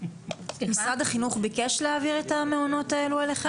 משרד החינוך ביקש להעביר את המעונות האלו אליכם?